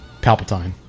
Palpatine